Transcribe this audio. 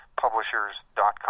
publishers.com